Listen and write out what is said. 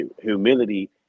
humility